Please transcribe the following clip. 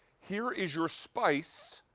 here is your spice.